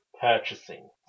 purchasing